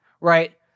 right